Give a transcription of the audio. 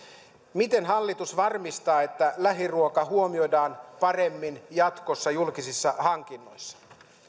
miten hallitus varmistaa että lähiruoka huomioidaan paremmin jatkossa julkisissa hankinnoissa